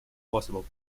possible